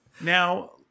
Now